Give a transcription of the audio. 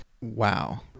Wow